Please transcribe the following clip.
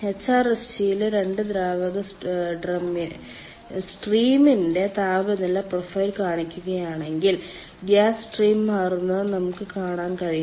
എച്ച്ആർഎസ്ജിയിലെ 2 ദ്രാവക സ്ട്രീമിന്റെ താപനില പ്രൊഫൈൽ കാണുകയാണെങ്കിൽ ഗ്യാസ് സ്ട്രീം മാറുന്നത് നമുക്ക് കാണാൻ കഴിയും